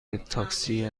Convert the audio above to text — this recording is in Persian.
تاکسی